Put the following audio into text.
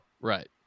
Right